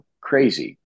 crazy